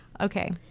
okay